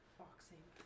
boxing